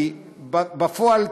כי בפועל,